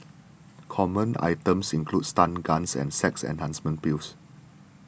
common items included stun guns and sex enhancement pills